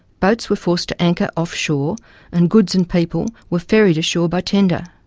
boats were forced to anchor off shore and goods and people were ferried ashore by tender.